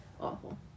awful